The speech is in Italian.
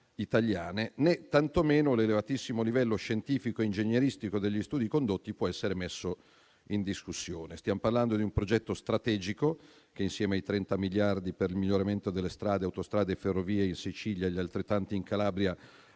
in discussione l'elevatissimo livello scientifico ingegneristico degli studi condotti. Stiamo parlando di un progetto strategico che, insieme ai 30 miliardi per il miglioramento delle strade, autostrade e ferrovie in Sicilia e agli altrettanti in Calabria,